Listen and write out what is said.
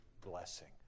blessing